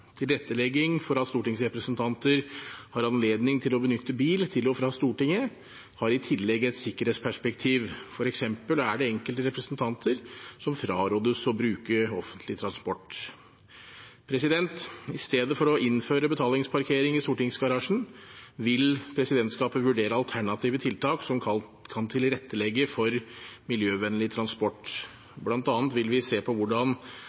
Tilrettelegging for at stortingsrepresentanter har anledning til å benytte bil til og fra Stortinget, har i tillegg et sikkerhetsperspektiv, f.eks. er det enkelte representanter som frarådes å bruke offentlig transport. I stedet for å innføre betalingsparkering i stortingsgarasjen vil presidentskapet vurdere alternative tiltak som kan tilrettelegge for miljøvennlig transport, bl.a. vil vi se på hvordan